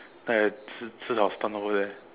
then I j~ ji tao stun over there